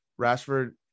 Rashford